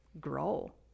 grow